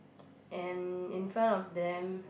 and in front of them